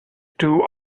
two